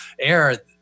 air